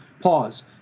pause